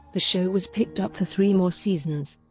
the show was picked up for three more seasons.